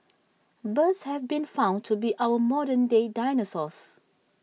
birds have been found to be our modern day dinosaurs